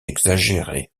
exagérés